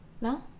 no